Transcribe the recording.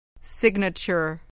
Signature